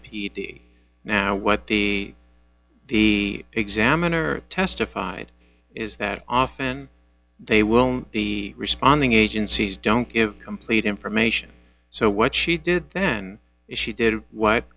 d now what the the examiner testified is that often they won't be responding agencies don't give complete information so what she did then she did what